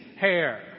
hair